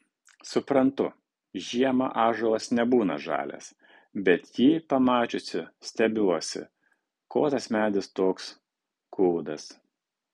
suprantu žiemą ąžuolas nebūna žalias bet jį pamačiusi stebiuosi ko tas medis toks kūdas